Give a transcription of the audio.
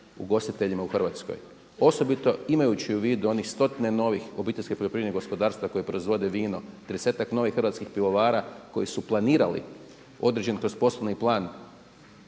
ugostiteljima u Hrvatskoj. Osobito imajući u vidu onih stotine novih obiteljskih poljoprivrednih gospodarstava koja proizvode vino, tridesetak novih hrvatskih pivovara koji su planirali određen kroz poslovni plan